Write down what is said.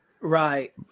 Right